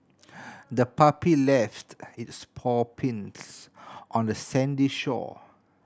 the puppy left its paw prints on the sandy shore